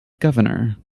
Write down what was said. governor